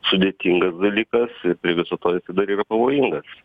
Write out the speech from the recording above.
sudėtingas dalykas prie viso to jisai dar yra pavojingas